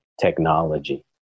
technology